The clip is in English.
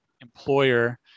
employer